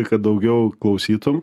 kad daugiau klausytum